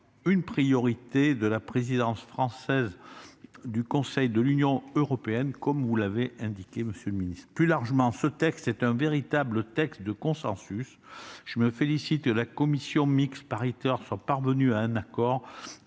une priorité de la présidence française du Conseil de l'Union européenne, comme vous l'avez indiqué, monsieur le ministre. Plus largement, cette proposition de loi est un véritable texte de consensus. Je me félicite que la commission mixte paritaire soit parvenue à un accord,